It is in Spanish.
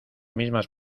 mismas